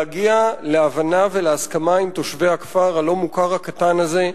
להגיע להבנה ולהסכמה עם תושבי הכפר הלא-מוכר הקטן הזה,